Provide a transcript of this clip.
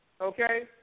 okay